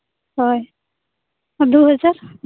ᱦᱳᱭ ᱫᱩᱦᱟᱡᱟᱨ